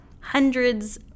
hundreds